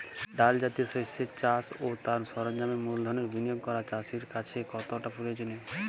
ডাল জাতীয় শস্যের চাষ ও তার সরঞ্জামের মূলধনের বিনিয়োগ করা চাষীর কাছে কতটা প্রয়োজনীয়?